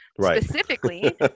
specifically